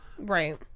Right